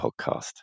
Podcast